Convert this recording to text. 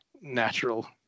natural